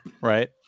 right